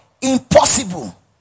Impossible